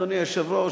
אדוני היושב-ראש,